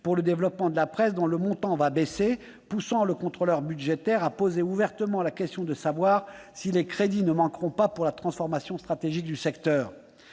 pour le développement de la presse, dont le montant va baisser, poussant le contrôleur budgétaire à poser ouvertement la question de savoir si les crédits ne manqueront pas pour la transformation stratégique du secteur.